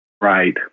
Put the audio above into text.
Right